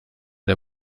der